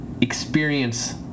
experience